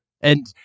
And-